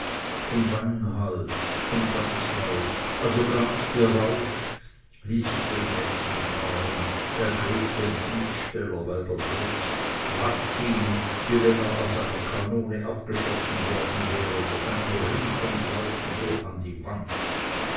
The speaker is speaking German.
vom wein halb vom tanz halb also ganz berauscht ließ ich das mädchen fahren ergriff den fußsteller bei der brust warf ihn wie wenn er aus einer kanone abgeschossen worden wäre durch einen ring von leuten durch an die wand